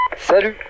Salut